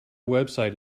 website